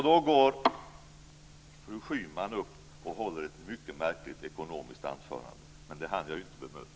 Då går fru Schyman upp i talarstolen och håller ett mycket märkligt ekonomiskt anförande, men det hinner jag inte bemöta.